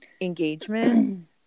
engagement